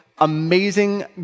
Amazing